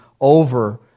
over